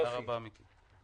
תודה רבה, מיקי.